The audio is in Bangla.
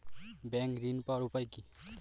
ব্যাংক ঋণ পাওয়ার উপায় কি?